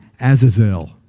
Azazel